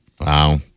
Wow